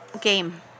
Game